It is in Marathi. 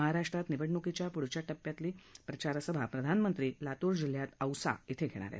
महाराष्ट्रात निवडणुकीच्या पुढच्या टप्प्यातली प्रचारसभा प्रधानमंत्री लातूर जिल्ह्यात औसा श्विं घेणार आहेत